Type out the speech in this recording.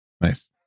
nice